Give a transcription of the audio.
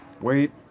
Wait